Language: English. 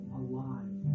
alive